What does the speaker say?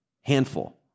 handful